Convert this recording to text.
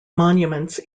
monuments